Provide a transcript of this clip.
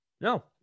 No